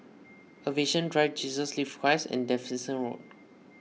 Aviation Drive Jesus Lives Church and Davidson Road